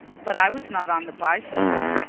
but i was not on the bicycle.